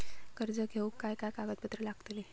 कर्ज घेऊक काय काय कागदपत्र लागतली?